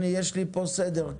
יש לי פה סדר.